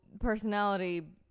personality